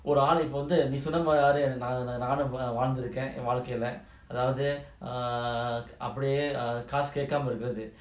ஒருஆளுஇப்போவந்து:oru aalu ipo vandhu err நானும்வாழ்ந்திருக்குறேன்என்வாழ்க்கைல:nanum valnthirukuren en valkaila err அதாவதுஅப்டியேகாசுகேக்காமஇருக்குறது:adhavathu apdie kaasu kekama irukurathu